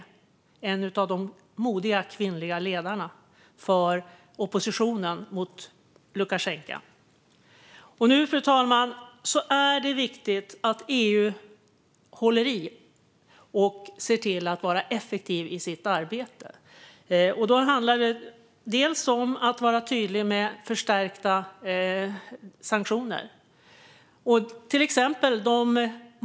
Hon är en av de modiga kvinnliga ledarna för oppositionen mot Lukasjenko. Fru talman! Nu är det viktigt att EU håller i och är effektivt i sitt arbete. Då handlar det bland annat om att vara tydlig med förstärkta sanktioner.